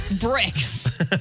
bricks